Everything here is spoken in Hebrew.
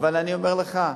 אבל אני אומר לך,